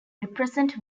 represent